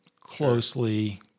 closely